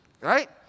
right